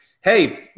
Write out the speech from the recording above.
hey